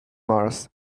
mars